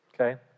okay